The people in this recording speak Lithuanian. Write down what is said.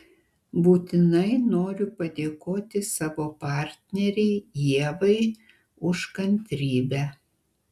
būtinai noriu padėkoti savo partnerei ievai už kantrybę